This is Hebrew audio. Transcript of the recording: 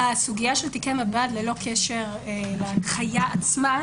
הסוגייה של תיקי מב"ד, ללא קשר להנחיה עצמה,